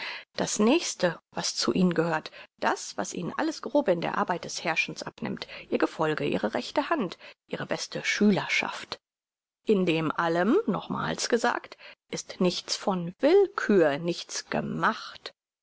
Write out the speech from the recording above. das nächste was zu ihnen gehört das was ihnen alles grobe in der arbeit des herrschens abnimmt ihr gefolge ihre rechte hand ihre beste schülerschaft in dem allem nochmals gesagt ist nichts von willkür nichts gemacht